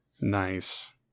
nice